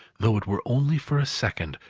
though it were only for a second,